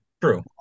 True